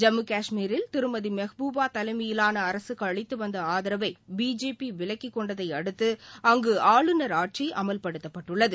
ஜம்மு கஷ்மீரில் திருமதி மெஹபூபா தலைமையிலான அரசுக்கு அளித்து வந்த ஆதரவை பிஜேபி விலக்கிக் கொண்டதை அடுத்து அங்கு ஆளுநர் ஆட்சி அமல்படுத்தப்பட்டுள்ளது